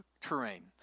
terrain